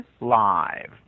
live